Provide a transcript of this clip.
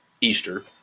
Easter